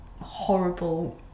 horrible